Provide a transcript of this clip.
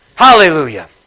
Hallelujah